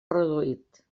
reduït